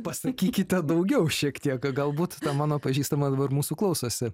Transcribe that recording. pasakykite daugiau šiek tiek galbūt ta mano pažįstama dabar mūsų klausosi